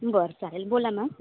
बरं चालेल बोला मॅम